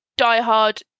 diehard